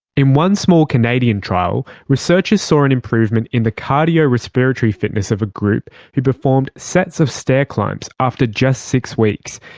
in one small canadian trial, researchers saw an improvement in the cardiorespiratory fitness of a group who performed sets of stair climbs after just six weeks,